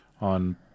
on